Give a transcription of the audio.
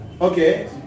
Okay